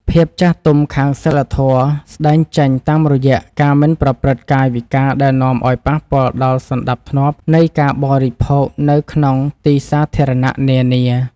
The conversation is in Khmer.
ភាពចាស់ទុំខាងសីលធម៌ស្តែងចេញតាមរយៈការមិនប្រព្រឹត្តកាយវិការដែលនាំឱ្យប៉ះពាល់ដល់សណ្តាប់ធ្នាប់នៃការបរិភោគនៅក្នុងទីសាធារណៈនានា។